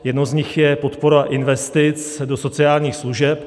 Jednou z nich je podpora investic do sociálních služeb.